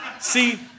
See